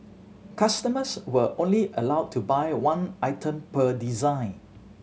customers were only allowed to buy one item per design